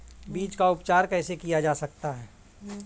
बीज का उपचार कैसे किया जा सकता है?